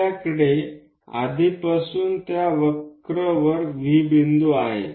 आपल्याकडे आधीपासून त्या वक्र वर V बिंदू आहे